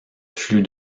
flux